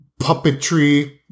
puppetry